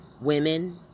women